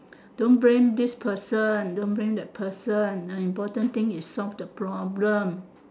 don't blame this person don't blame that person important thing is solve the problem